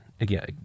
again